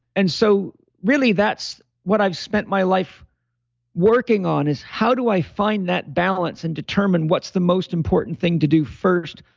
and so really that's what i've spent my life working on is how do i find that balance and determine what's the most important thing to do first.